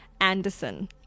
Anderson